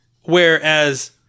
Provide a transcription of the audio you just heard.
Whereas